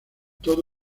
todo